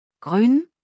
Grün